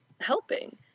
helping